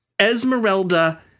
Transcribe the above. Esmeralda